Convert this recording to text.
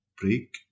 break